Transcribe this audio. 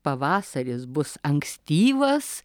pavasaris bus ankstyvas